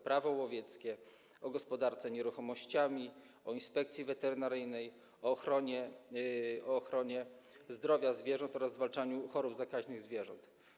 Prawo łowieckie, o gospodarce nieruchomościami, o Inspekcji Weterynaryjnej, o ochronie zdrowia zwierząt oraz zwalczaniu chorób zakaźnych zwierząt.